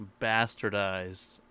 bastardized